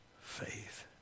faith